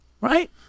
right